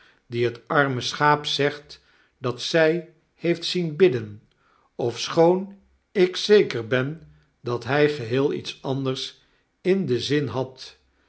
dien het arme schaap zegt dat zjj heeft zien bidden ofschoon ik zeker ben dat hi geheel iets anders in den zin had